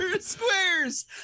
Squares